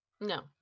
No